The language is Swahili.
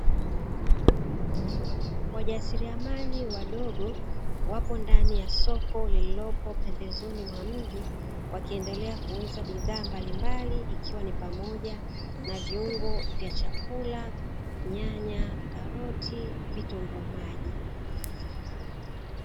Wajasiriamali wadogo wapo ndani ya soko lililopo pembezoni mwa mji, wakiendelea kuuza bidhaa mbalimbali ikiwa ni pamoja na: viungo vya chakula, nyanya, karoti, vitunguu maji.